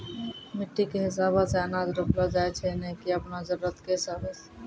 मिट्टी कॅ हिसाबो सॅ अनाज रोपलो जाय छै नै की आपनो जरुरत कॅ हिसाबो सॅ